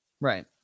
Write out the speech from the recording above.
Right